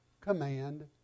command